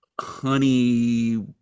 honey